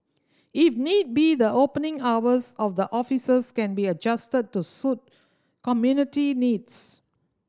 if need be the opening hours of the offices can be adjusted to suit community needs